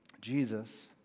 Jesus